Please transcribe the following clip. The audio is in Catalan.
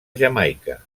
jamaica